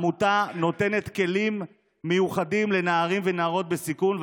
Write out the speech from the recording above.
העמותה נותנת כלים מיוחדים לנערים ונערות בסיכון,